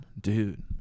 Dude